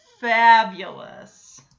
fabulous